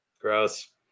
gross